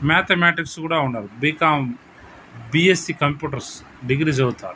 mathematics కూడా ఉన్నారు BCom BSc computers degree చదువుతారు